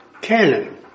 canon